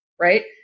right